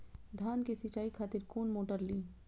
धान के सीचाई खातिर कोन मोटर ली?